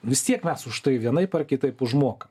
vis tiek mes už tai vienaip ar kitaip užmokam